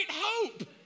hope